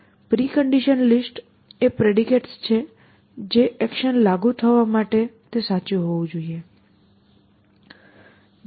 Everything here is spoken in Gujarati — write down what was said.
પ્રિકન્ડિશન લિસ્ટ એ પ્રેડિકેટ્સ છે જે એક્શન લાગુ થવા માટે સાચી હોવી જોઈએ